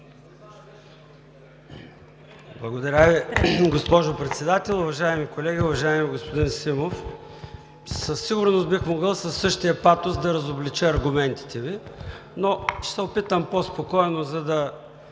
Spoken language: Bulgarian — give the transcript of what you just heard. Благодаря Ви, госпожо Председател! Уважаеми колеги! Уважаеми господин Симов, със сигурност бих могъл със същия патос да разоблича аргументите Ви, но ще се опитам да е по-спокойно, за да